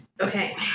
Okay